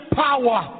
power